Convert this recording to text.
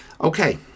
Okay